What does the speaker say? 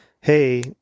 hey